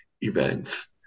events